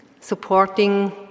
supporting